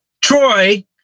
Troy